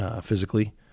physically